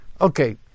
Okay